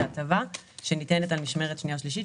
זו הטבה שניתנת על משמרת שנייה או שלישית,